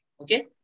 okay